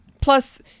Plus